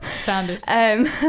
Sounded